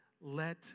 let